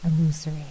illusory